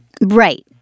Right